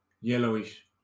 yellowish